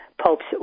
Pope's